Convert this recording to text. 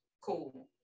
Cool